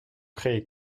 créez